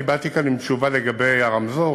באתי לכאן עם תשובה לגבי הרמזור,